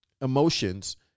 emotions